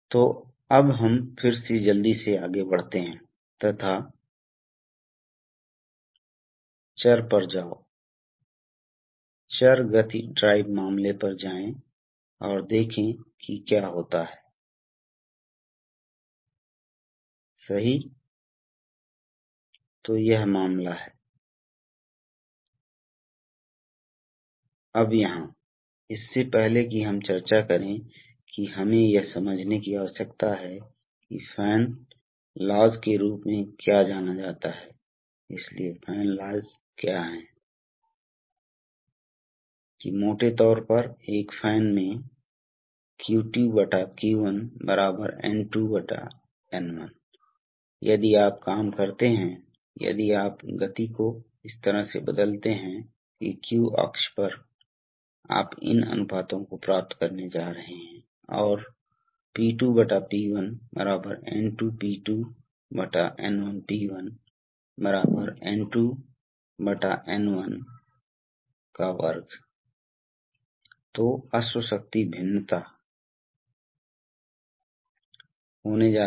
तो हम तीन अलग अलग कंप्रेशर्स को जोड़ने जा रहे हैं जो व्यक्तिगत रूप से इस उपकरण की आपूर्ति करेंगे इसलिए हमें यहां एक उपकरण की आवश्यकता है हमें यहां एक उपकरण की आवश्यकता है जो इसमें ले जाएगा यह शायद आपको 300 psi के बारे में पता है जो इसमें ले जाएगा 300 psi दबाव और इसे 50 या 120 में बदल देगा इसलिए हम डालने जा रहे हैं वास्तव में हम इन सभी उपकरणों के लिए अलग अलग दबाव रेगुलेटर् रखने जा रहे हैं और एक ही कंप्रेसर है इसलिए सबसे पहले यह सस्ता होने वाला है दूसरी बात यह है कि जैसा कि हमने देखा है अभी जब हमने रिजर्वायर के हिस्टैरिसीस नियंत्रणों को देखा कि यह दबाव स्रोत में उतार चढ़ाव होने वाला है